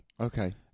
Okay